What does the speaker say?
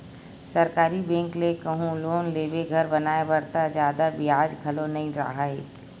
सरकारी बेंक ले कहूँ लोन लेबे घर बनाए बर त जादा बियाज घलो नइ राहय